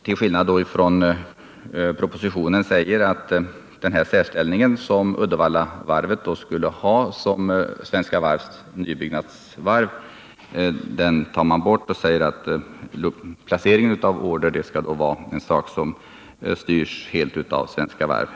Till skillnad från propositionen säger utskottet att den särställning som Uddevallavarvet skulle ha som nybyggnadsvarv åt Svenska Varv skall tas bort. Utskottet säger att placeringen av order skall styras helt av Svenska Varv.